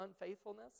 unfaithfulness